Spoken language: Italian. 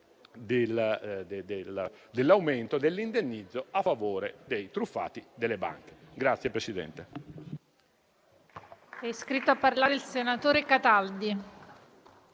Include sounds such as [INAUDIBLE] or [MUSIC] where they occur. dell'aumento dell'indennizzo a favore dei truffati dalle banche. [APPLAUSE]